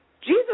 Jesus